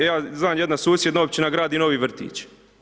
Ja znam, jedna susjedna općina gradi novi vrtić.